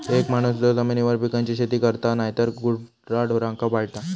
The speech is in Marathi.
एक माणूस जो जमिनीवर पिकांची शेती करता नायतर गुराढोरांका पाळता